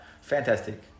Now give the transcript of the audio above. Fantastic